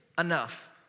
enough